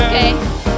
Okay